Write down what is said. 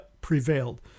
prevailed